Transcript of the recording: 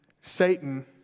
Satan